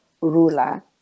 ruler